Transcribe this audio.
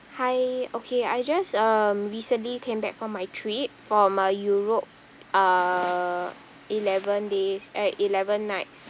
hi okay I just um recently came back from my trip from uh europe uh eleven days uh eleven nights